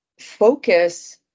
focus